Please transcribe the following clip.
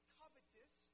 covetous